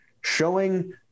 showing